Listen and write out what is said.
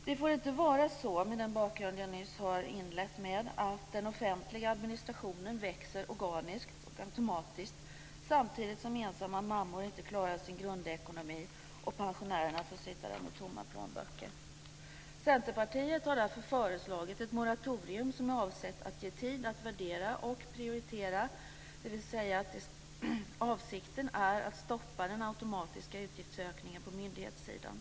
Det får inte vara så, mot den bakgrund jag nyss inledde med, att den offentliga administrationen växer organiskt och automatiskt samtidigt som ensamma mammor inte klarar sin grundläggande ekonomi och pensionärerna får sitta där med tomma plånböcker. Centerpartiet har därför föreslagit ett moratorium som är avsett att ge tid att värdera och prioritera. Avsikten är alltså att stoppa den automatiska utgiftsökningen på myndighetssidan.